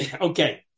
Okay